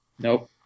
Nope